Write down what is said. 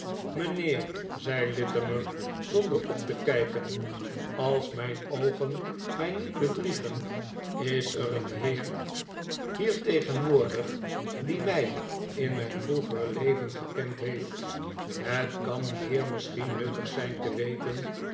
mijnheer zei littimer zonder op te kijken als mijn oogen mij niet bedriegen is er een heer hier tegenwoordig die mij in mijn vroegere leven gekend heeft het kan dien heer misschien nuttig zijn te weten